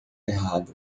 errado